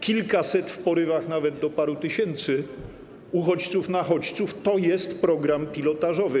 Kilkaset, w porywach nawet do paru tysięcy uchodźców, nachodźców, to jest program pilotażowy.